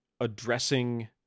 addressing